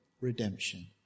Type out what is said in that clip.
redemption